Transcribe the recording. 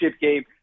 game